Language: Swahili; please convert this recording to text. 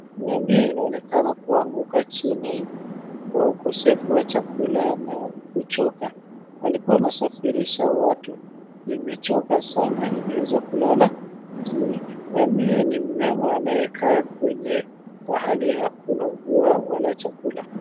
Ngamia inaonekana kuanguka chini kwa ukosefu wa chakula na kuchoka. Alikuwa anasafirisha watu. Imechoka sana. Imeweza kulala chini. Ngamia ni myama anayekaa kwenye pahali hakuna mvua wala chakula.